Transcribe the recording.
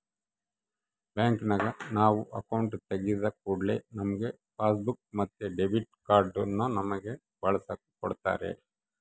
ಬ್ಯಾಂಕಿನಗ ನಾವು ಅಕೌಂಟು ತೆಗಿದ ಕೂಡ್ಲೆ ನಮ್ಗೆ ಪಾಸ್ಬುಕ್ ಮತ್ತೆ ಡೆಬಿಟ್ ಕಾರ್ಡನ್ನ ನಮ್ಮಗೆ ಬಳಸಕ ಕೊಡತ್ತಾರ